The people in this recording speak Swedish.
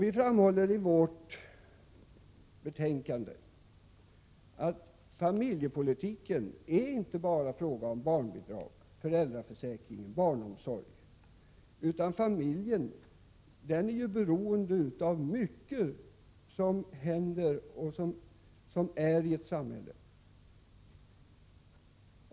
Vi framhåller i vårt betänkande att familjepolitiken inte bara är en fråga om barnbidrag, föräldraförsäkring och barnomsorg. Familjen är beroende av många olika faktorer i samhället.